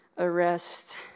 arrest